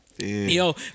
Yo